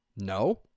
No